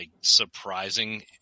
surprising